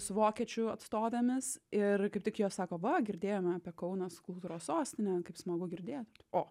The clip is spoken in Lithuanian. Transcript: su vokiečių atstovėmis ir kaip tik jos sako va girdėjome apie kaunas kultūros sostinė kaip smagu girdėt o